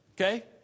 Okay